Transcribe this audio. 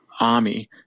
Army